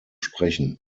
sprechen